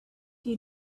you